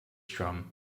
drum